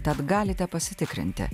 tad galite pasitikrinti